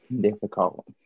difficult